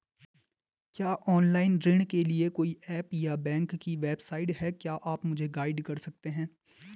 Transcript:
क्या ऑनलाइन ऋण के लिए कोई ऐप या बैंक की वेबसाइट है क्या आप मुझे गाइड कर सकते हैं?